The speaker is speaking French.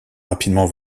rapidement